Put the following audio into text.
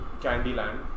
candyland